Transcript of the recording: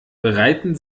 bereiten